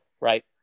right